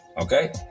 Okay